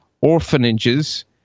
orphanages